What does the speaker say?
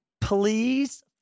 please